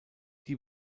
die